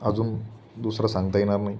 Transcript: अजून दुसरा सांगता येणार नाही